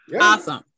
Awesome